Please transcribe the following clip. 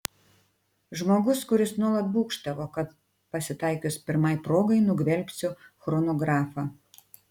žmogus kuris nuolat būgštavo kad pasitaikius pirmai progai nugvelbsiu chronografą